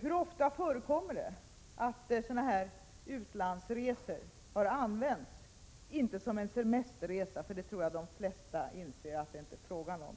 Hur ofta förekommer det att sådana här utlandsresor har använts — inte som semesterresor, det tror jag att de flesta inser att det inte är fråga om